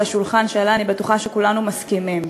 שעליה אני בטוחה שכולנו מסכימים: